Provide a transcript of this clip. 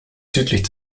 südlich